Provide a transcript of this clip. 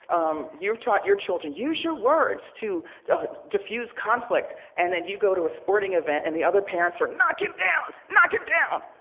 um, you've taught your children, use your words to diffuse conflict, and then you go to a sporting event and the other parents are, knock him down! knock him down!